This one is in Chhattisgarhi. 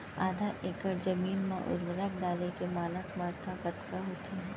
आधा एकड़ जमीन मा उर्वरक डाले के मानक मात्रा कतका होथे?